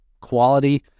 quality